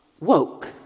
woke